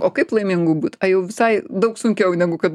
o kaip laimingu būt a jau visai daug sunkiau negu kad